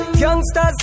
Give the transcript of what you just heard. Youngsters